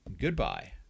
goodbye